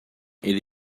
ele